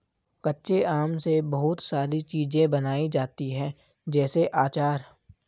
कच्चे आम से बहुत सारी चीज़ें बनाई जाती है जैसे आचार